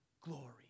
glory